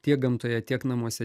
tiek gamtoje tiek namuose